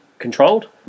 controlled